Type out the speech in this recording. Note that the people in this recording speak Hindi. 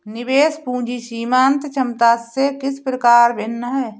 निवेश पूंजी सीमांत क्षमता से किस प्रकार भिन्न है?